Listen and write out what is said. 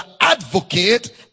advocate